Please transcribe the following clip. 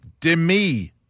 Demi-